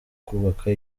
kubaka